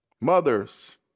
mothers